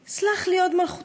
/ 'סלח לי, הוד מלכותך.